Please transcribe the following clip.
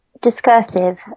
discursive